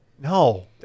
No